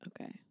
Okay